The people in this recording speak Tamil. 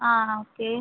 ஆ ஆ ஓகே